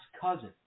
cousin